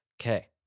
Okay